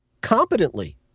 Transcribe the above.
competently